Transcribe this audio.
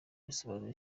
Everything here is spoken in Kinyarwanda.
risobanura